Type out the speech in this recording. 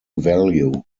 value